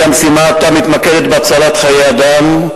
כי המשימה עתה מתמקדת בהצלת חיי אדם,